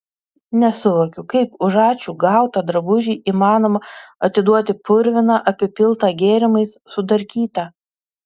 nesuvokiu kaip už ačiū gautą drabužį įmanoma atiduoti purviną apipiltą gėrimais sudarkytą